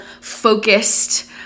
focused